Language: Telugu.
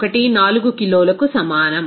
14 కిలోలకు సమానం